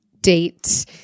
date